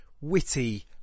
witty